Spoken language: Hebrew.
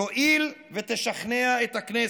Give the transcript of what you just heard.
תואיל ותשכנע את הכנסת.